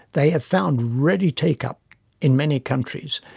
they have found ready take up in many countries.